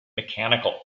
mechanical